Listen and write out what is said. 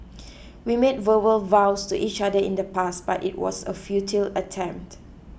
we made verbal vows to each other in the past but it was a futile attempt